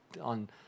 on